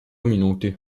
minuti